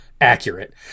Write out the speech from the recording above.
Accurate